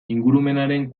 ingurumenaren